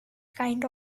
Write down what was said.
kind